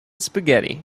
spaghetti